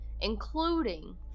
including